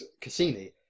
Cassini